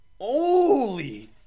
Holy